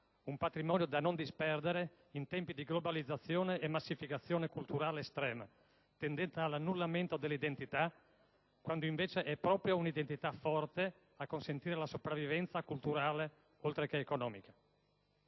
un patrimonio da non disperdere in tempi di globalizzazione e massificazione culturale estrema, tendente all'annullamento dell'identità, quando invece è proprio un'identità forte a consentire la sopravvivenza culturale, oltre che economica.